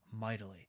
mightily